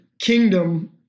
kingdom